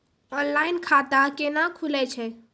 Online खाता केना खुलै छै?